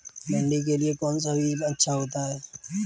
भिंडी के लिए कौन सा बीज अच्छा होता है?